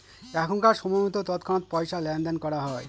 এখনকার সময়তো তৎক্ষণাৎ পয়সা লেনদেন করা হয়